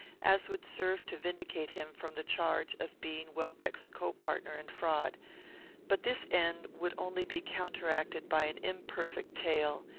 as would serve to vindicate him from the charge of being welbeck's co-partner in fraud but this end would only be counteracted by an imperfect tale,